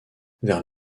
vers